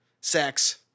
sex